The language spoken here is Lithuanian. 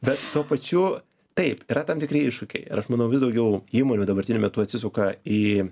bet tuo pačiu taip yra tam tikri iššūkiai ir aš manau vis daugiau įmonių dabartiniu metu atsisuka į